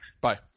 Bye